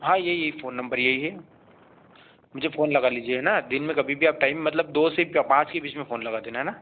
हाँ यही यही फ़ोन नम्बर यही है मुझे फ़ोन लगा लीजिए है ना दिन में कभी भी आप टाइम मतलब दो से पाँच के बीच में फ़ोन लगा देना है ना